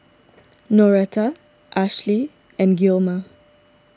Noretta Ashli and Gilmer